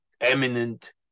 eminent